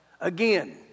Again